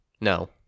No